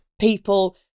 people